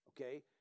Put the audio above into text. okay